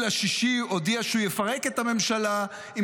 ב-3 ביוני הודיע שהוא יפרק את הממשלה אם